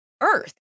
earth